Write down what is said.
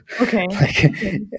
Okay